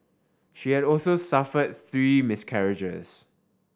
she had also suffered three miscarriages